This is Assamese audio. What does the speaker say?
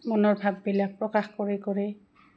মনৰ ভাৱবিলাক প্ৰকাশ কৰি কৰি